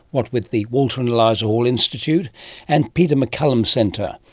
what with the walter and eliza hall institute and peter mccallum centre,